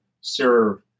serve